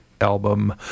album